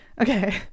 Okay